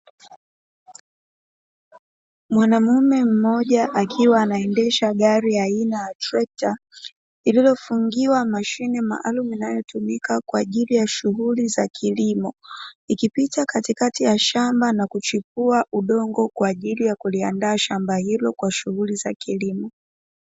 Mwanaume mmoja akiwa anaendesha gari aina ya trekta, iliyofungiwa mashine maalumu inayotumika kwa ajili ya shughuli za kilimo, ikipita katikati ya shamba na kuchipua udongo kwa ajili ya kuliandaa shamba hilo kwa shughuli za kilimo.